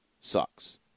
sucks